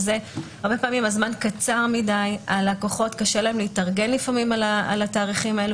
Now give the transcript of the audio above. הרבה פעמים הזמן קצר מידי וללקוחות קשה להתארגן על התאריכים האלה.